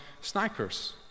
snipers